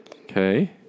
Okay